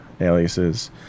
aliases